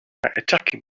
attacking